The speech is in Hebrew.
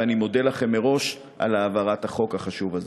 ואני מודה לכם מראש על העברת החוק החשוב הזה.